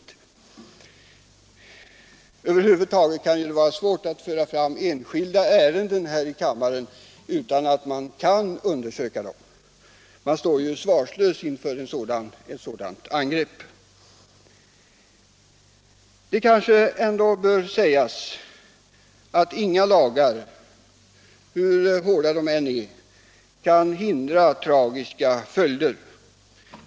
Det är över huvud taget svårt att föra fram enskilda ärenden här i kammaren utan att först undersöka dem grundligt, ty annars står man ju svarslös inför många angrepp. Men det kanske ändå bör sägas att inga lagar, hur hårda de än är, kan förhindra tragiska följder.